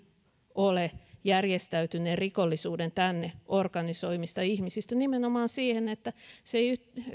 ole järjestäytyneen rikollisuuden tänne organisoimista ihmisistä nimenomaan siihen että se